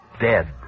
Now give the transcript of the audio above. dead